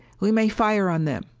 we may fire on them.